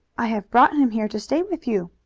i have brought him here to stay with you.